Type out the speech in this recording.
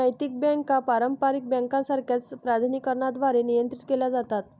नैतिक बँका पारंपारिक बँकांसारख्याच प्राधिकरणांद्वारे नियंत्रित केल्या जातात